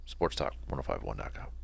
sportstalk1051.com